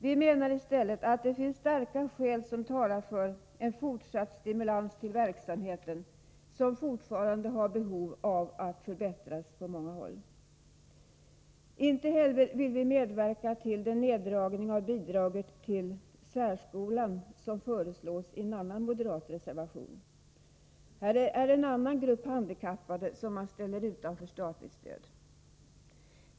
Vi menar i stället att det finns starka skäl som talar för fortsatt stimulans till verksamheten, som fortfarande behöver förbättras på många håll. Inte heller vill vi medverka till den neddragning av bidraget till särskolan som föreslås i en annan moderat reservation. Här är det en annan grupp handikappade som man vill ställa utanför statligt stöd.